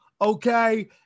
okay